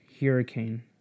hurricane